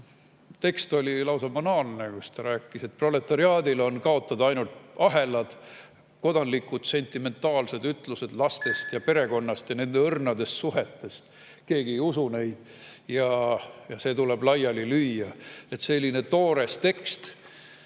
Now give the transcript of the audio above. Tekst oli lausa banaalne, seal räägiti, et proletariaadil on kaotada ainult ahelad, et kodanlikke sentimentaalseid ütlusi lastest ja perekonnast ja õrnadest suhetest keegi ei usu ja see kõik tuleb laiali lüüa. Selline toores tekst